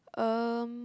um